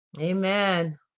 Amen